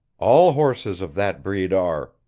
all horses of that breed are,